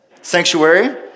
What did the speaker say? sanctuary